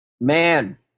Man